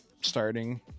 starting